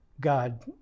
God